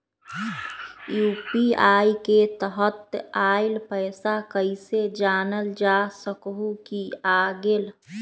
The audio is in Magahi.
यू.पी.आई के तहत आइल पैसा कईसे जानल जा सकहु की आ गेल?